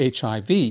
HIV